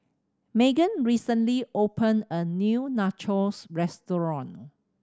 Meagan recently opened a new Nachos Restaurant